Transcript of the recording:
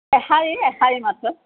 এশাৰী এশাৰী মাত্ৰ